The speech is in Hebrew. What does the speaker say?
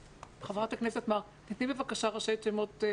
חברת הכנסת מארק, תיתני בבקשה ראשי תיבות.